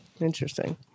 Interesting